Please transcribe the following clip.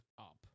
up